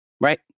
right